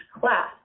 class